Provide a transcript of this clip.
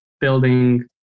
building